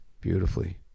Beautifully